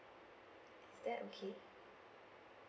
is that okay